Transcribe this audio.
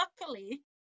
luckily